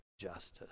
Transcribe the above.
justice